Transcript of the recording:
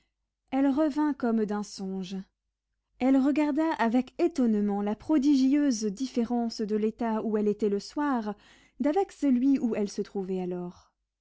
elle revint comme d'un songe elle regarda avec étonnement la prodigieuse différence de l'état où elle était le soir d'avec celui où elle se trouvait alors